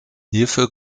hierfür